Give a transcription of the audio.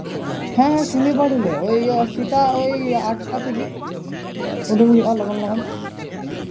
ᱦᱮᱸ ᱦᱮᱸ ᱥᱩᱱᱤ ᱵᱟᱨ ᱦᱤᱞᱳᱜ ᱳᱭ ᱥᱮᱛᱟᱜ ᱟᱴ ᱴᱟ ᱛᱮᱜᱮ ᱩᱰᱩᱝ ᱦᱩᱭᱩᱜᱼᱟ ᱞᱚᱜᱚᱱᱼᱞᱚᱜᱚᱱ